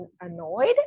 annoyed